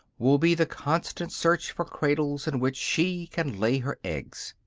will be the constant search for cradles in which she can lay her eggs.